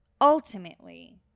ultimately